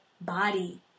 body